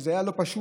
שזה היה לא פשוט,